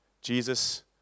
Jesus